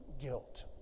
guilt